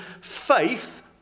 faith